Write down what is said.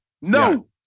No